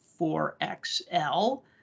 4XL